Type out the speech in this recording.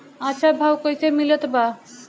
अच्छा भाव कैसे मिलत बा?